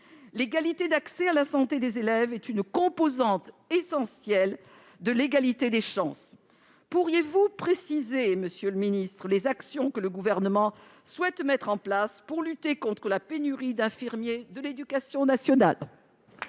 L'égalité d'accès à la santé des élèves est une composante essentielle de l'égalité des chances. Pourriez-vous préciser, monsieur le ministre, les actions que le Gouvernement entend mettre en place pour lutter contre la pénurie d'infirmiers de l'éducation nationale ?